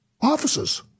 offices